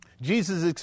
Jesus